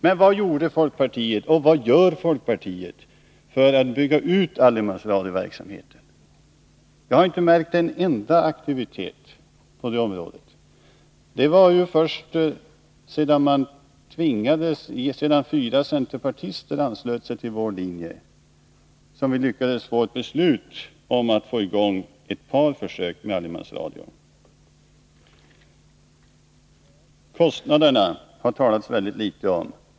Men vad gjorde och gör folkpartiet för att bygga ut allemansradioverksamheten? Jag har inte märkt en enda aktivitet på detta område. Först sedan fyra centerpartister anslöt sig till vår linje, lyckades vi få ett beslut om att starta ett par försök med allemansradion. Kostnaderna har det talats väldigt litet om.